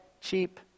cheap